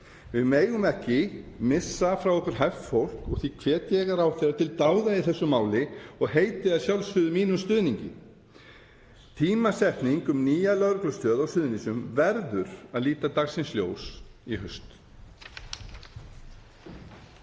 Við megum ekki missa frá okkur hæft fólk. Því hvet ég ráðherra til dáða í þessu máli og heiti að sjálfsögðu mínum stuðningi. Tímasetning á nýrri lögreglustöð á Suðurnesjum verður að líta dagsins ljós í haust.